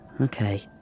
okay